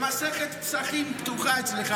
מסכת פסחים פתוחה אצלך.